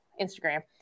instagram